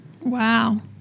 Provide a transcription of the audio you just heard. Wow